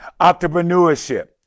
entrepreneurship